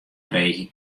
freegje